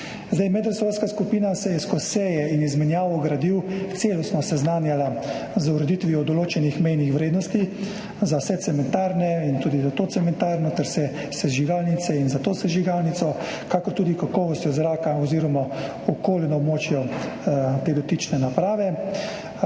medresorska skupina se je skozi seje in izmenjavo gradiv celostno seznanjala z ureditvijo določenih mejnih vrednosti za vse cementarne in tudi za to cementarno ter vse sežigalnice in za to sežigalnico, kakor tudi kakovostjo zraka oziroma okolje na območju te dotične naprave.